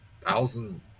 thousand